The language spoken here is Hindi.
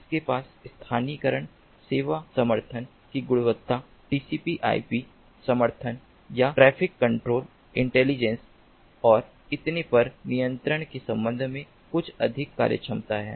उनके पास स्थानीयकरण सेवा समर्थन की गुणवत्ता TCP IP समर्थन या ट्रैफिक कंट्रोल इंटेलिजेंस और इतने पर नियंत्रण के संबंध में कुछ अधिक कार्यक्षमता है